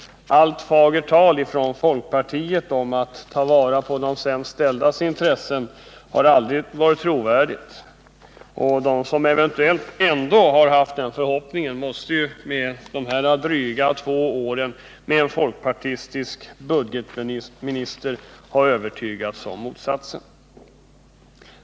Allt fagert tal från folkpartiet om att man vill ta vara på de sämst ställdas intressen har aldrig varit trovärdigt. De som eventuellt ändå har haft förhoppningen att man skulle göra det måste, efter dessa dryga två år med en folkpartistisk budgetminister, ha övertygats om motsatsen.